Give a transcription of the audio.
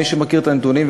מי שמכיר את הנתונים,